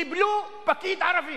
קיבלו פקיד ערבי.